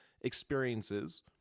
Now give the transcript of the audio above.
experiences